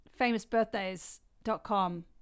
famousbirthdays.com